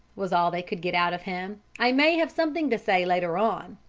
was all they could get out of him. i may have something to say later on.